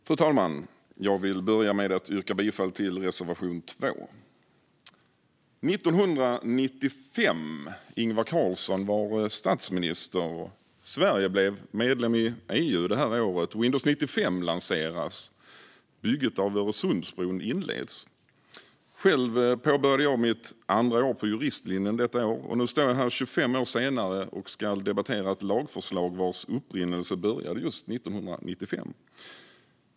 Fru talman! Jag vill börja med att yrka bifall till reservation 2. Året var 1995. Ingvar Carlsson var statsminister. Sverige blev medlem i EU det här året. Windows 95 lanseras, och bygget av Öresundsbron inleds. Själv påbörjade jag mitt andra år på juristlinjen detta år. Nu står jag här 25 år senare och ska debattera ett lagförslag vars upprinnelse började just 1995.